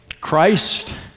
Christ